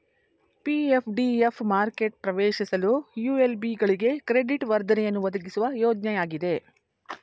PF DF ಮಾರುಕೆಟ ಪ್ರವೇಶಿಸಲು ULB ಗಳಿಗೆ ಕ್ರೆಡಿಟ್ ವರ್ಧನೆಯನ್ನು ಒದಗಿಸುವ ಯೋಜ್ನಯಾಗಿದೆ